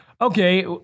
okay